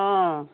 অঁ